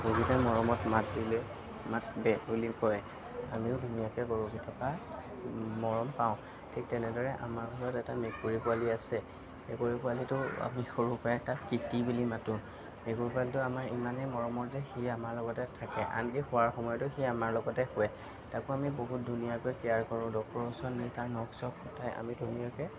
গৰুগিটাই মৰমত মাত দিলে আমাক বে বুলি কয় আমিও ধুনীয়াকৈ গৰুগিটাৰ পৰা মৰম পাওঁ ঠিক তেনেদৰে আমাৰ ঘৰত এটা মেকুৰী পোৱালী আছে মেকুৰী পোৱালীটো আমি সৰুৰপৰাই তাক টীটী বুলি মাতো মেকুৰী পোৱালীটো আমাৰ ইমানেই মৰমৰ যে সি আমাৰ লগতে থাকে আনকি শুৱাৰ সময়তো সি আমাৰ লগতে শুৱে তাকো আমি বহুত ধুনীয়াকৈ কেয়াৰ কৰোঁ ডক্টৰৰ ওচৰত নি তাৰ নখ চখ কটাই আমি ধুনীয়াকৈ